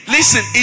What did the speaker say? Listen